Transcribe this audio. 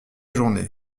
journée